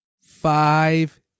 Five